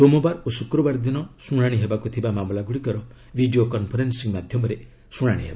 ସୋମବାର ଓ ଶୁକ୍ରବାର ଦିନ ଶୁଣାଶି ହେବାକୁ ଥିବା ମାମଲା ଗୁଡ଼ିକର ଭିଡ଼ିଓ କନ୍ଫରେନ୍ସିଂ ମାଧ୍ୟମରେ ଶୁଣାଶି ହେବ